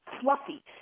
fluffy